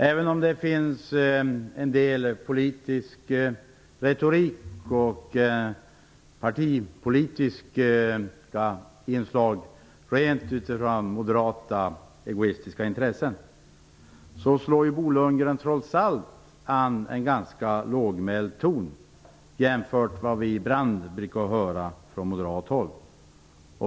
Även om det finns en del politisk retorik och partipolitiska inslag utifrån rent moderata egoistiska intressen, slår Bo Lundgren trots allt an en ganska lågmäld ton jämfört med vad vi ibland brukar höra från moderat håll.